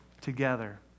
together